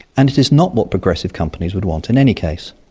and it is not what progressive companies would want in any case.